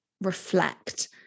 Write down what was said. reflect